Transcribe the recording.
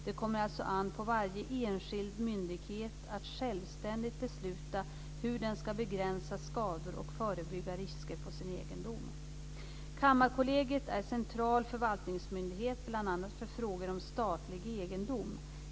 Det kommer alltså an på varje enskild myndighet att självständigt besluta hur den ska begränsa skador och förebygga risker på sin egendom. Kammarkollegiet är central förvaltningsmyndighet bl.a. för frågor om statlig egendom.